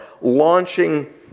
launching